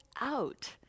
out